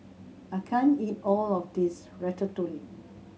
I can't eat all of this Ratatouille